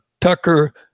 Tucker